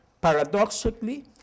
Paradoxically